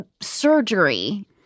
surgery